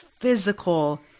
physical